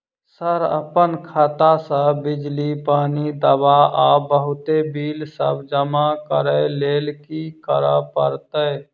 Sir अप्पन खाता सऽ बिजली, पानि, दवा आ बहुते बिल सब जमा करऽ लैल की करऽ परतै?